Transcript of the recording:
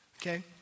Okay